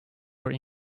were